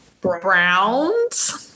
browns